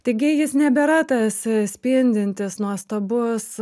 taigi jis nebėra tas spindintis nuostabus